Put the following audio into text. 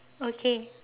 okay